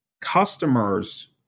customers